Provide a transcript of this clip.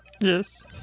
Yes